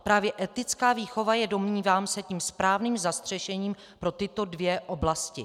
Právě etická výchova je, domnívám se, tím správným zastřešením pro tyto dvě oblasti.